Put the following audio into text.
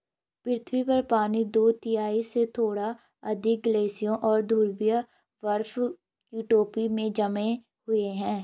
पृथ्वी पर पानी दो तिहाई से थोड़ा अधिक ग्लेशियरों और ध्रुवीय बर्फ की टोपी में जमे हुए है